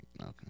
Okay